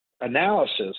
analysis